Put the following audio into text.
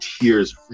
tears